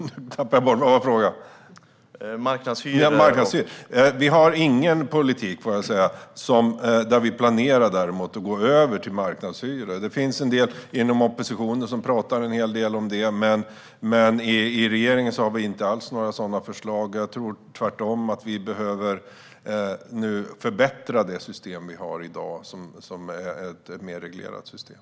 Vår politik innebär däremot inga planer på att gå över till marknadshyror. Det finns en del inom oppositionen som pratar en hel del om det, men i regeringen har vi inte alls några sådana förslag. Jag tror att vi tvärtom behöver förbättra det system vi har i dag, som är ett mer reglerat system.